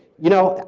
you know,